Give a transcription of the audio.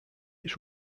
its